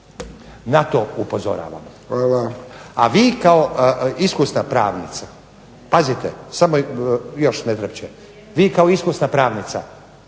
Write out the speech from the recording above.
Na to upozoravamo. A vi kao iskusna pravnica, pazite još ne trepće, vi kao iskusna pravnica